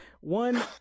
One